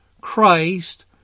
Christ